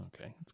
Okay